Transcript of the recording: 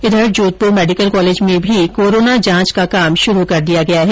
इधर Jodhpur medical college में भी कोरोना जांच कार्य शुरू कर दिया गया है